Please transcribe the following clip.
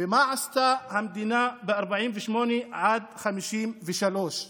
ומה עשתה המדינה מ-1948 עד 1953?